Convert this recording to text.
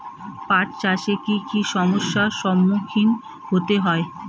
পাঠ চাষে কী কী সমস্যার সম্মুখীন হতে হয়?